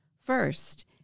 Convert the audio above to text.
First